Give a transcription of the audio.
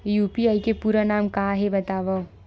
UPI के पूरा नाम का हे बतावव?